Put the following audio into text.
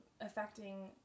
affecting